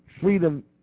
Freedom